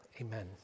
Amen